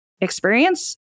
experience